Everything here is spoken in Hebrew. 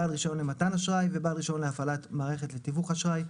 בעל רישיון למתן אשראי ובעל רישיון להפעלת מערכת לתיווך אשראי.